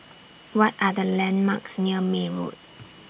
What Are The landmarks near May Road